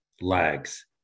lags